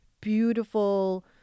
beautiful